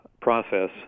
process